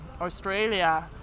Australia